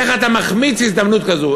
איך אתה מחמיץ הזדמנות כזו?